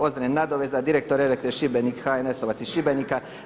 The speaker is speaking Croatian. Ozren Nadoveza, direktor Elektre Šibenik, HNS-ovac iz Šibenika.